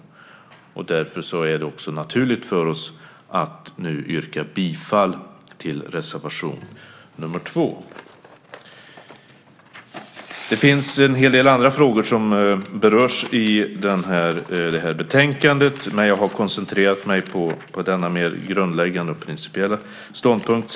Därför är det också naturligt för oss att nu yrka bifall till reservation nr 2. Det finns en hel del andra frågor som berörs i det här betänkandet, men jag har koncentrerat mig på denna mer grundläggande och principiella ståndpunkt.